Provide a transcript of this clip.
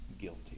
guilty